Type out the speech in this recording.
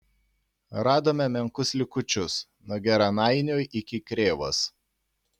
radome menkus likučius nuo geranainių iki krėvos